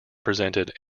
presented